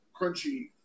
crunchy